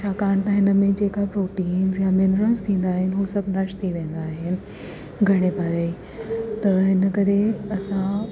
छाकाणि त हिन में जेका प्रोटीन्स या मिनरल्स थींदा आहिनि उहे सभु नष्ट थी वेंदा आहिनि घणे बारे त हिन करे असां